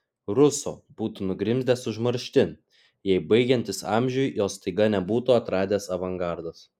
ruso būtų nugrimzdęs užmarštin jei baigiantis amžiui jo staiga nebūtų atradęs avangardas